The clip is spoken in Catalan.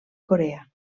corea